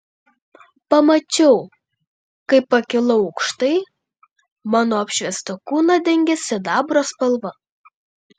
pamačiau kaip pakilau aukštai mano apšviestą kūną dengė sidabro spalva